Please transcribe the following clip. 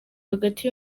hagati